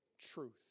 truth